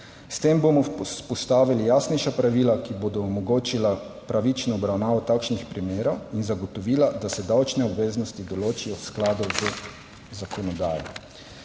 S tem bomo vzpostavili jasnejša pravila, ki bodo omogočila pravično obravnavo takšnih primerov in zagotovila, da se davčne obveznosti določijo v skladu z zakonodajo.